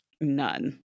None